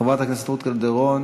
חברת הכנסת רות קלדרון,